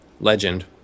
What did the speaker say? legend